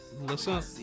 Listen